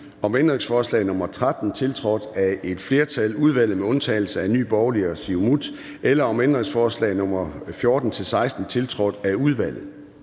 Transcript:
om ændringsforslag nr. 13, tiltrådt af et flertal (udvalget med undtagelse af NB og SIU), eller om ændringsforslag nr. 14-16, tiltrådt af udvalget?